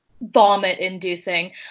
vomit-inducing